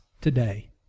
today